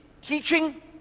teaching